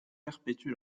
perpétuent